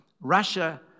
Russia